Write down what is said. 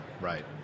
right